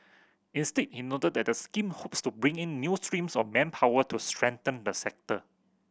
instead he noted that the scheme hopes to bring in new streams of manpower to strengthen the sector